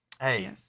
Hey